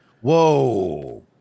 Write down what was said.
Whoa